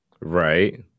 Right